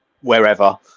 wherever